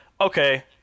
okay